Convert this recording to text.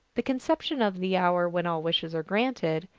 the conception of the hour when all wishes are granted,